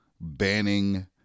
banning